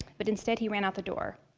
but instead he ran out the door.